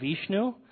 Vishnu